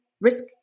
risk